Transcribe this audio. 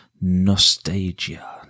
Nostalgia